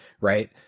right